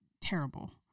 terrible